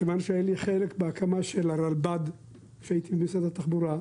מכיוון שהיה לי חלק בהקמה של הרלב"ד כשהייתי במשרד התחבורה,